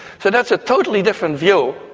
so that's a totally different view,